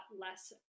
less